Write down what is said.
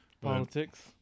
Politics